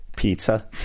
Pizza